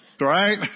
Right